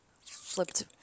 flipped